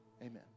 Amen